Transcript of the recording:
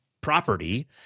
property